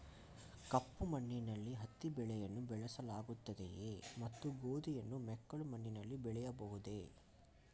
ಕಪ್ಪು ಮಣ್ಣಿನಲ್ಲಿ ಹತ್ತಿ ಬೆಳೆಯನ್ನು ಬೆಳೆಸಲಾಗುತ್ತದೆಯೇ ಮತ್ತು ಗೋಧಿಯನ್ನು ಮೆಕ್ಕಲು ಮಣ್ಣಿನಲ್ಲಿ ಬೆಳೆಯಬಹುದೇ?